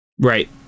right